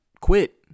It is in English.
quit